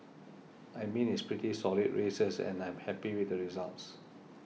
I mean it's pretty solid races and I'm happy with the results